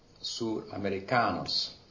suramericanos